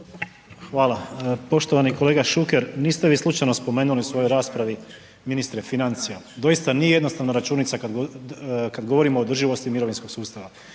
Hvala. Poštovani kolega Šuker, niste vi slučajno spomenuti u svojoj raspravi ministre financija. Doista, nije jednostavna računica kad govorimo o održivosti mirovinskog sustava.